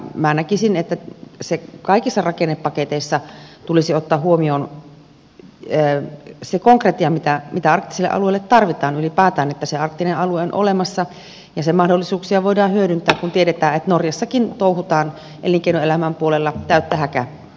minä näkisin että kaikissa rakennepaketeissa tulisi ottaa huomioon se konkretia mitä arktisille alueille tarvitaan ylipäätään että se arktinen alue on olemassa ja sen mahdollisuuksia voidaan hyödyntää kun tiedetään että norjassakin touhutaan elinkeinoelämän puolella täyttä häkää